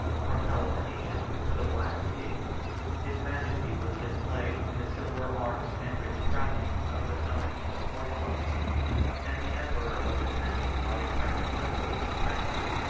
from peloponnesus to the black sea his majesty was displayed in the silver arms and rich trappings of the companies of horse-guards and the emperor was attended by a train of nobles and princes,